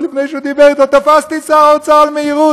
עוד לפני שהוא דיבר איתו: תפסתי את שר האוצר על מהירות.